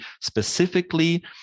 specifically